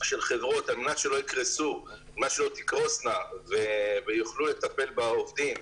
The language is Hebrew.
של חברות על מנת שלא תקרוסנה ויוכלו לטפל בעובדים,